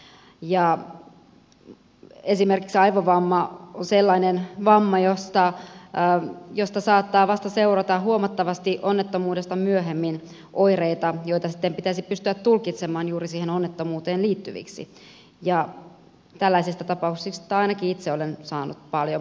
ja esimerkiksi aivovamma on sellainen vamma josta saattaa seurata vasta huomattavasti onnettomuutta myöhemmin oireita jotka sitten pitäisi pystyä tulkitsemaan juuri siihen onnettomuuteen liittyviksi tällaisista tapauksista ainakin itse olen saanut paljon palautetta